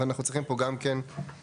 ואנחנו צריכים פה גם כן תשובה.